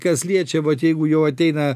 kas liečia vat jeigu jau ateina